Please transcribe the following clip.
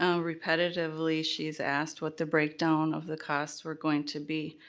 um repetitively she is asked what the break down of the costs were going to be,